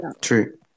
True